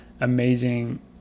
amazing